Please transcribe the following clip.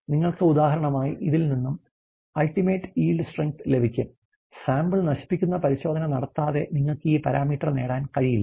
നിങ്ങൾക്ക് ഉദാഹരണമായി ഇതിൽ നിന്നും ULTIMATE YIELS STRENGTH ലഭിക്കും സാമ്പിൾ നശിപ്പിക്കുന്ന പരിശോധന നടത്താതെ നിങ്ങൾക്ക് ഈ പാരാമീറ്റർ നേടാൻ കഴിയില്ല